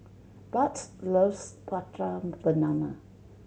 Bart loves Prata Banana